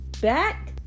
back